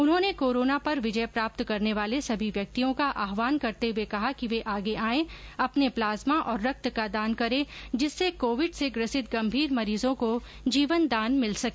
उन्होंने कोरोना पर विजय प्राप्त करने वाले सभी व्यक्तियों का आहवान करते हुए कहा कि वे आगे आएं अपने प्लाज्मा और रक्त का दान करें जिससे कोविड से ग्रसित गंभीर मरीजों को जीवन दान मिल सके